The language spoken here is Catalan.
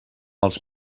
els